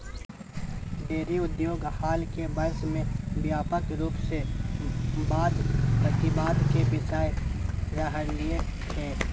dairy उद्योग हाल के वर्ष में व्यापक रूप से वाद प्रतिवाद के विषय रहलय हें